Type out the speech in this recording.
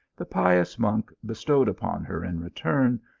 the pious monk bestowed upon her in return,